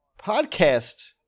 podcast